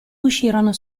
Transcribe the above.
uscirono